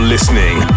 Listening